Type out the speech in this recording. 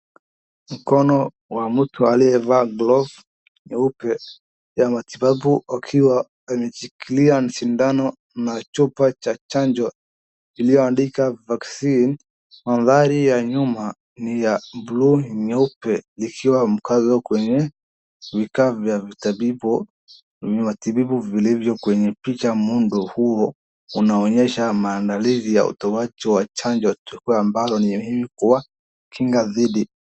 Mkono wa mtu aliyevaa glove nyeupe ya matibabu akiwa ameshikilia shindano na chupa cha chanjo iliyoandikwa vaccine mandhari ya nyuma ni ya blue nyeupe ikiwa mkazo kwenye vikao vya vitabibu vilivyo kwenye picha muundo huo unaonyesha maandalizi ya utoaji wa chanjo tukio amabalo ni muhimu kwa kinga dhidi.